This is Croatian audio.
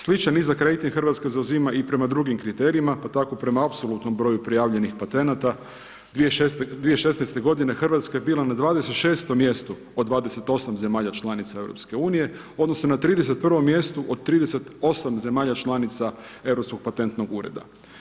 Sličan nizak rejting Hrvatska zauzima i prema drugim kriterijima pa tako prema apsolutnom broju prijavljenih patenata 2016. godine Hrvatska je bila na 26. mjestu od 28 zemalja članica EU odnosno na 31. mjestu od 38 zemalja članica Europskog patentnog ureda.